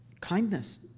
kindness